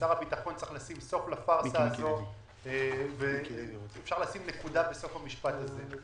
שר הביטחון צריך לשים סוף לפרסה הזאת ואפשר לשים נקודה בסוף המשפט הזה.